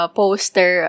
poster